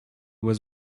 was